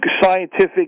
scientific